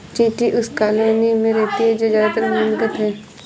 चींटी उस कॉलोनी में रहती है जो ज्यादातर भूमिगत है